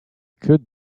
could